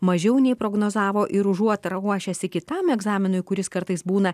mažiau nei prognozavo ir užuot ruošėsi kitam egzaminui kuris kartais būna